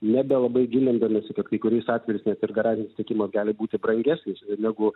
nebelabai gilindamiesi kad kai kuriais atvejais net ir garantinis tiekimas gali būti brangesnis ir negu